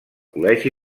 col·legi